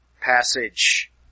passage